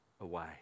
away